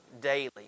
daily